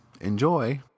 Enjoy